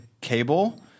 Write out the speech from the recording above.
cable